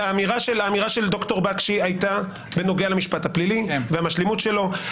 האמירה של ד"ר בקשי הייתה בנוגע למשפט הפלילי והמשלימות שלו.